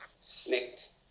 snicked